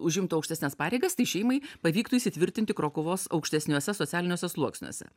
užimtų aukštesnes pareigas tai šeimai pavyktų įsitvirtinti krokuvos aukštesniuose socialiniuose sluoksniuose